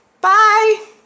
Bye